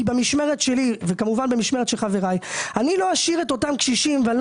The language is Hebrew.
כי במשמרת שלי ובמשמרת של חבריי לא הייתי מוכן להפקיר את אותם קשישים.